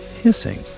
hissing